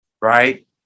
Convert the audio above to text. right